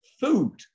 Food